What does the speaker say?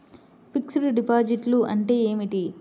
Fixed డిపాజిట్లు అంటే ఏమిటి?